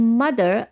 mother